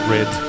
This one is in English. Red